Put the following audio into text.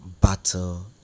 battle